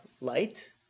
light